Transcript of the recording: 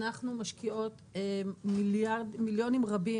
אנחנו משקיעות מיליונים רבים,